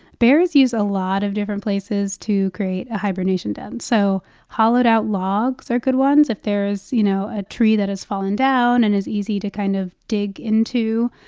bears use a lot of different places to create a hibernation den. so hollowed-out logs are good ones. if there is, you know, a tree that has fallen down and is easy to kind of dig into.